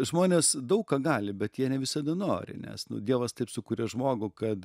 žmonės daug ką gali bet jie ne visada nori nes dievas taip sukurė žmogų kad